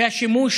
והשימוש